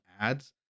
ads